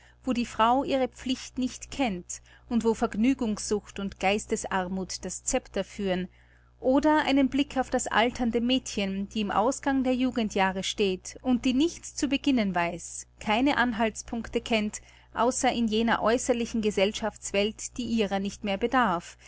wo die frau ihre pflicht nicht kennt und wo vergnügungssucht und geistesarmuth das scepter führen oder einen blick auf das alternde mädchen die am ausgang der jugendjahre steht und die nichts zu beginnen weiß keine anhaltspunkte kennt außer in jener äußerlichen gesellschaftswelt die ihrer nicht mehr bedarf